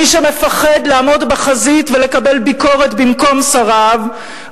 מי שמפחד לעמוד בחזית ולקבל ביקורת במקום שריו,